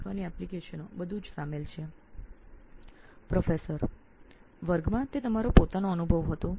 પ્રાધ્યાપક વર્ગમાં તે આપનો પોતાનો અનુભવ હતો